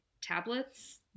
tablets